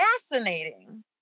fascinating